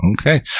Okay